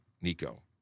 Nico